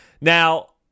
Now